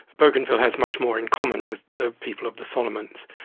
bougainville has much more in common with the people of the solomons.